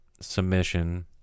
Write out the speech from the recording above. submission